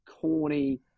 corny